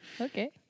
Okay